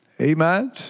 Amen